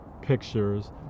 pictures